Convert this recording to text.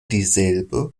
dieselbe